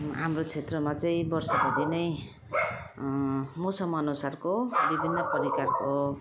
हाम्रो क्षेत्रमा चाहिँ वर्षभरि नै मौसम अनुसारको विभिन्न परिकारको